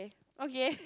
okay